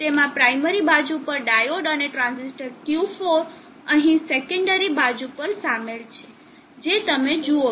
તેમાં પ્રાઈમરી બાજુ પર ડાયોડ અને ટ્રાંઝિસ્ટર Q4 અહીં સેકન્ડરી બાજુ શામેલ છે જે તમે જુઓ છો